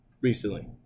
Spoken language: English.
recently